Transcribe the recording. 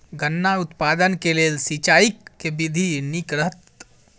गन्ना उत्पादन केँ लेल सिंचाईक केँ विधि नीक रहत?